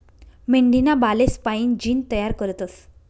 मेंढीना बालेस्पाईन जीन तयार करतस